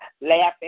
laughing